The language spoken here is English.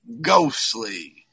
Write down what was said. Ghostly